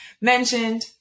mentioned